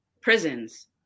prisons